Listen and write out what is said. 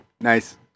Nice